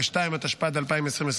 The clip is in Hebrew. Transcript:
התשפ"ד 2024,